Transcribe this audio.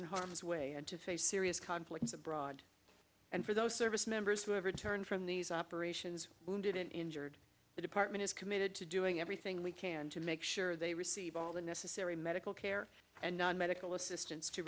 in harm's way and to face serious conflicts abroad and for those service members who have returned from these operations wounded and injured the department is committed to doing everything we can to make sure they receive all the necessary medical care and non medical assistance to